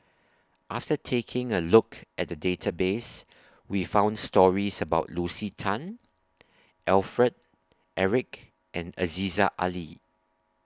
after taking A Look At The Database We found stories about Lucy Tan Alfred Eric and Aziza Ali